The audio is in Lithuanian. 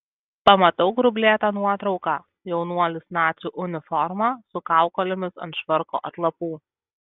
pamatau grublėtą nuotrauką jaunuolis nacių uniforma su kaukolėmis ant švarko atlapų